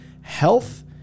health